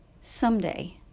someday